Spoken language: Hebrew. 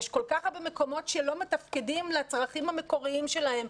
יש כל כך הרבה מקומות שלא מתפקדים לצרכים המקוריים שלהם,